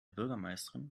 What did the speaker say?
bürgermeisterin